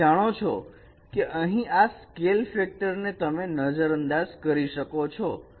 તો તમે જાણો છો કે અહીં આ સ્કેલ ફેક્ટર ને તમે નજર અંદાજ કરી શકો છો